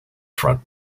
front